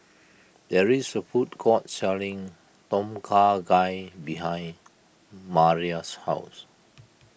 there is a food court selling Tom Kha Gai behind Maria's house